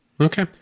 Okay